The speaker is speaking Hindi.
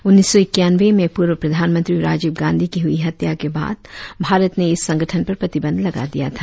उन्नीस सौ इक्यानवें में पूर्व प्रधानमंत्री राजीव गांधी की हुई हत्या के बाद भारत ने इस संगठन पर प्रतिबंध लगा दिया था